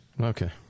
Okay